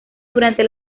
durante